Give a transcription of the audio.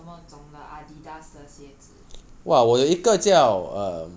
then 你你现在有什么种的 Adidas 的鞋子